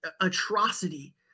atrocity